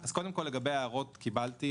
אז קודם כל לגבי ההערות, קיבלתי.